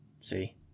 See